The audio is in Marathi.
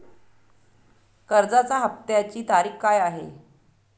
कर्जाचा हफ्त्याची तारीख काय आहे?